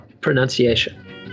pronunciation